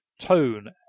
tone